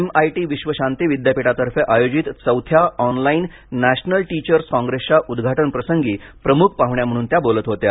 MIT Vishwashanti विद्यापीठातर्फे आयोजित चौथ्या ऑनलाईन नॅशनल टीचर्स काँग्रेसच्या उद्घाटन प्रसंगी प्रमुख पाहूण्या म्हणून त्या बोलत होत्या